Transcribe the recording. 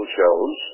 shows